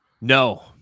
no